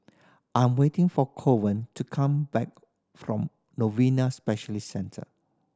I'm waiting for Corwin to come back from Novena Specialist Centre